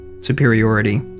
superiority